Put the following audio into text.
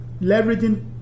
leveraging